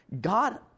God